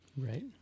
Right